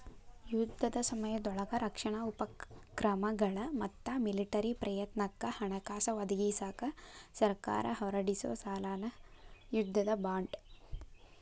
ಯುದ್ಧದ ಸಮಯದೊಳಗ ರಕ್ಷಣಾ ಉಪಕ್ರಮಗಳ ಮತ್ತ ಮಿಲಿಟರಿ ಪ್ರಯತ್ನಕ್ಕ ಹಣಕಾಸ ಒದಗಿಸಕ ಸರ್ಕಾರ ಹೊರಡಿಸೊ ಸಾಲನ ಯುದ್ಧದ ಬಾಂಡ್